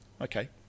Okay